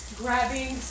grabbing